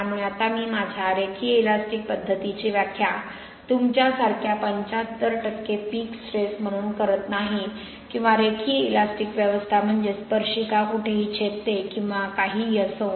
त्यामुळे आता मी माझ्या रेखीय इलॅस्टिक पद्धतीची व्याख्या तुमच्या सारख्या 75 पीक स्ट्रेस म्हणून करत नाही किंवा रेखीय इलॅस्टिक व्यवस्था म्हणजे स्पर्शिका कुठेही छेदते किंवा काहीही असो